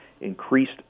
increased